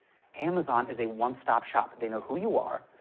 amazon is a one-stop-shop. they know who you are,